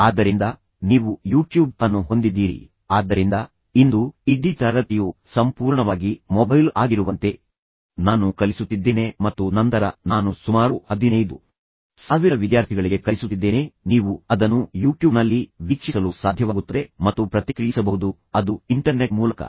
ಆದ್ದರಿಂದ ನೀವು ಯೂಟ್ಯೂಬ್ ಅನ್ನು ಹೊಂದಿದ್ದೀರಿ ಆದ್ದರಿಂದ ಇಂದು ಇಡೀ ತರಗತಿಯು ಸಂಪೂರ್ಣವಾಗಿ ಮೊಬೈಲ್ ಆಗಿರುವಂತೆ ನಾನು ಕಲಿಸುತ್ತಿದ್ದೇನೆ ಮತ್ತು ನಂತರ ನಾನು ಸುಮಾರು ಹದಿನೈದು ಸಾವಿರ ವಿದ್ಯಾರ್ಥಿಗಳಿಗೆ ಕಲಿಸುತ್ತಿದ್ದೇನೆ ನೀವು ಅದನ್ನು ಯೂಟ್ಯೂಬ್ನಲ್ಲಿ ವೀಕ್ಷಿಸಲು ಸಾಧ್ಯವಾಗುತ್ತದೆ ಮತ್ತು ಪ್ರತಿಕ್ರಿಯಿಸಬಹುದು ಅದು ಇಂಟರ್ನೆಟ್ ಮೂಲಕ